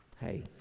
Hey